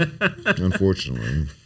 Unfortunately